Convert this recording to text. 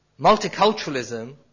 Multiculturalism